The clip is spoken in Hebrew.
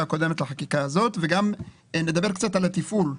הקודמת לבין החקיקה הזאת וגם נדבר קצת על התפעול.